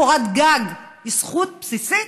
קורת גג היא זכות בסיסית?